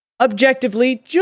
objectively